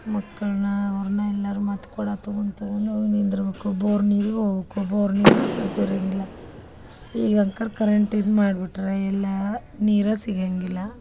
ಮಕ್ಕಳನ್ನ ಅವ್ರನ್ನ ಎಲ್ಲರೂ ಮತ್ತು ಕೊಡ ತಗೊಂಡ್ ತಗೊಂಡ್ ಅವ್ರು ನಿಂತಿರ್ಬೇಕು ಬೋರ್ ನೀರೂ ಪ್ ಬೋರ್ ನೀರು ಸುದ್ ಇರಂಗಿಲ್ಲ ಈಗ ಅಂಕರ್ ಕರೆಂಟ್ ಇದು ಮಾಡಿಬಿಟ್ರೆ ಇಲ್ಲ ನೀರೇ ಸಿಗಂಗಿಲ್ಲ